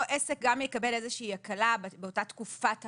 עסק גם יקבל איזושהי הקלה באותה "תקופת הקמה",